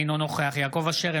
אינו נוכח יעקב אשר,